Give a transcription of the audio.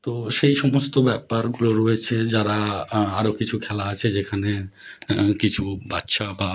তো সেই সমস্ত ব্যাপারগুলো রয়েছে যারা আরও কিছু খেলা আছে যেখানে কিছু বাচ্চা বা